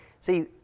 See